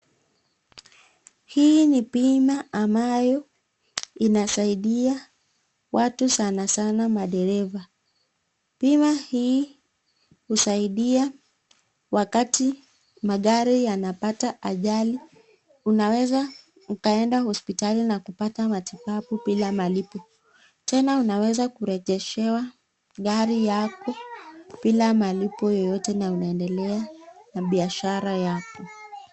Hii ni bima ambayo inasaidia watu sana sana madereva. Bima hii husaidia wakati magari yanapata ajali unaweza ukaenda hospitali na kupata matibabu bila malipo. Tena unawezana kurejeshewa gari yako bila malipo yoyote na unaendelea na biashara yako.